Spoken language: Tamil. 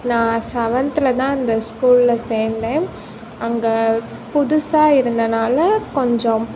நான் செவன்த்தில் தான் அந்த ஸ்கூல்ல சேர்ந்தேன் அங்கே புதுசாக இருந்தனால் கொஞ்சம்